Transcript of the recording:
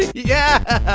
yeah,